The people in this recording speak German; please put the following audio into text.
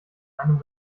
einem